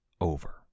over